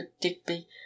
Digby